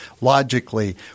logically